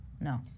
no